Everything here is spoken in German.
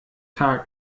tag